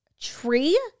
Tree